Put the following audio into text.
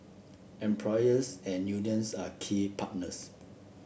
employers and unions are key partners